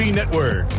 Network